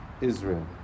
Israel